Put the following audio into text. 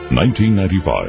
1995